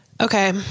Okay